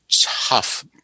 tough